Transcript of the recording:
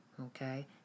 okay